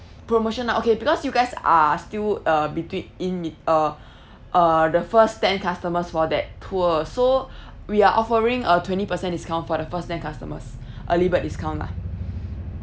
promotion ah okay because you guys are still uh between in be~ uh uh the first ten customers for that tour so we are offering a twenty percent discount for the first ten customers early bird discount lah